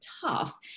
tough